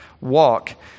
walk